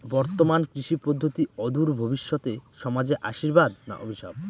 বর্তমান কৃষি পদ্ধতি অদূর ভবিষ্যতে সমাজে আশীর্বাদ না অভিশাপ?